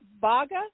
Baga